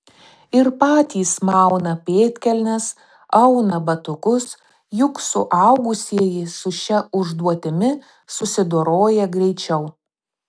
ir patys mauna pėdkelnes auna batukus juk suaugusieji su šia užduotimi susidoroja greičiau